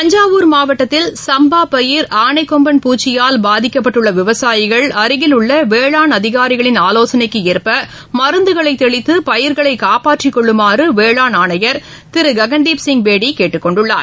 தஞ்சாவூர் மாவட்டத்தில் சம்பா பயிர் ஆனைக்கொம்பன் பூச்சியால் பாதிக்கப்பட்டுள்ள விவசாயிகள் அருகில் உள்ள வேளாண் அதிகாரிகளின் ஆலோகனைக்கு ஏற்ப மருந்துகளை தெளித்து பயிர்களை காப்பாற்றிக் கொள்ளுமாறு வேளாண் ஆணையர் திரு ககன்தீப் சிங் கேட்டுக் கொண்டுள்ளார்